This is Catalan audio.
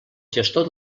gestor